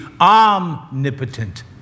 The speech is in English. omnipotent